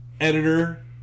Editor